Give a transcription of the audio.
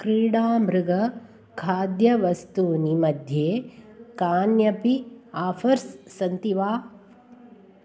क्रीडामृगखाद्यवस्तूनि मध्ये कान्यपि आफ़र्स् सन्ति वा